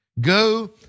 Go